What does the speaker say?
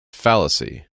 fallacy